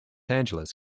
angeles